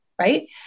right